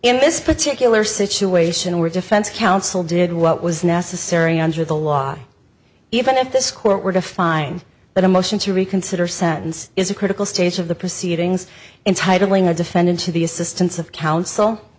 in this particular situation were defense counsel did what was necessary under the law even if this court were to find that a motion to reconsider sentence is a critical stage of the proceedings entitling a defendant to the assistance of coun